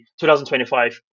2025